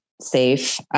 safe